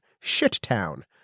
Shit-Town